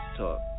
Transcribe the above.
talk